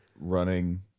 running